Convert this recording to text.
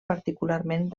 particularment